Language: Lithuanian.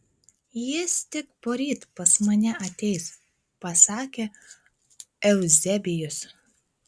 jis tik poryt pas mane ateis pasakė euzebijus